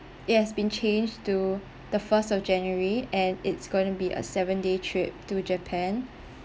it has been changed to the first of january and it's going to be a seven day trip to japan